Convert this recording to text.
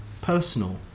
Personal